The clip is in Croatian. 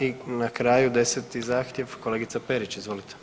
I na kraju 10 zahtjev kolegica Perić, izvolite.